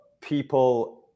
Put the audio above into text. people